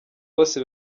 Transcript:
bose